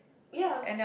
ya